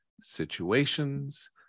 situations